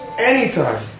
Anytime